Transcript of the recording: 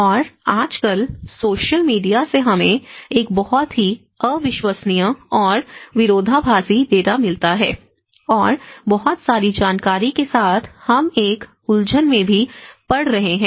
और आजकल social media से हमें एक बहुत ही अविश्वसनीय और विरोधाभासी डेटा मिल रहा है बहुत सारी जानकारी के साथ हम एक उलझन में भी पड़ रहे हैं